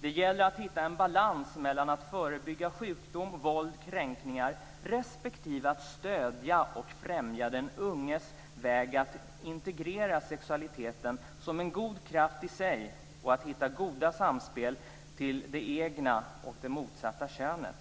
Det gäller att hitta en balans mellan att förebygga sjukdom, våld och kränkningar respektive att stödja och främja den unges väg mot att integrera sexualiteten som en god kraft i sig och att hitta goda samspel till det egna och det motsatta könet.